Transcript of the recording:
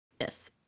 Yes